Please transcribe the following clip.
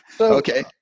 Okay